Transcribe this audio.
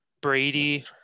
Brady